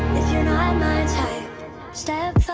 you're not my type step five,